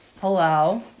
Hello